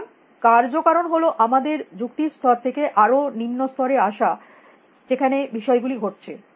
সুতরাং কার্য কারণ হল আমাদের যুক্তির স্তর থেকে আরো নিম্ন স্তরে আসা যেখানে বিষয় গুলি ঘটছে